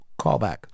callback